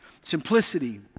Simplicity